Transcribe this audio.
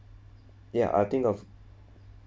ya I'll think of